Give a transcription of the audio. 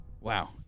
Wow